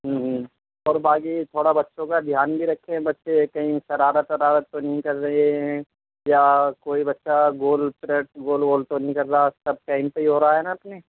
ہوں ہوں اور باقی تھوڑا بچوں کا دھیان بھی رکھیں بچے کہیں شرارت ورارت تو نہیں کر رہے ہیں یا کوئی بچہ گول پریڈ گول وول تو نہیں کر رہا سب ٹائم پہ ہی ہو رہا ہے نا اپنے